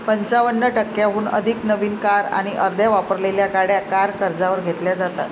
पंचावन्न टक्क्यांहून अधिक नवीन कार आणि अर्ध्या वापरलेल्या गाड्या कार कर्जावर घेतल्या जातात